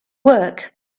work